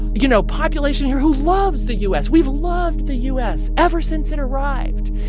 you know, population here who loves the u s. we've loved the u s. ever since it arrived.